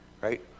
right